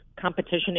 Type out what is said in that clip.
competition